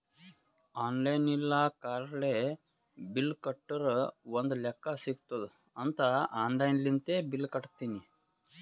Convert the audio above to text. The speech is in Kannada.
ಆನ್ಲೈನ್ ಇಲ್ಲ ಕಾರ್ಡ್ಲೆ ಬಿಲ್ ಕಟ್ಟುರ್ ಒಂದ್ ಲೆಕ್ಕಾ ಸಿಗತ್ತುದ್ ಅಂತ್ ಆನ್ಲೈನ್ ಲಿಂತೆ ಬಿಲ್ ಕಟ್ಟತ್ತಿನಿ